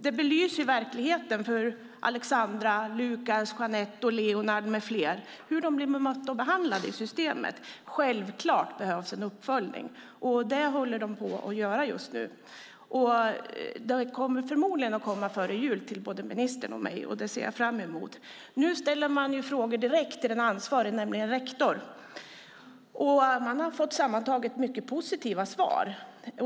Den belyser verkligheten för Alexandra, Lukas, Jeanette, Leonard med flera och hur de blir bemötta och behandlade i systemet. Det är självklart att det behövs en uppföljning. Den håller de på med just nu. Den kommer förmodligen före jul till både ministern och mig, och det ser jag fram emot. Nu ställer de frågor direkt till en ansvarig, nämligen rektor. De har sammantaget fått mycket positiva svar.